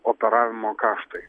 operavimo kaštai